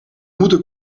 moeten